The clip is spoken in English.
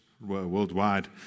worldwide